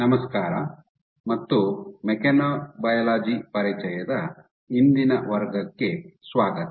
ನಮಸ್ಕಾರ ಮತ್ತು ಮೆಕ್ಯಾನೊಬಯಾಲಜಿ ಪರಿಚಯದ ಇಂದಿನ ವರ್ಗಕ್ಕೆ ಸ್ವಾಗತ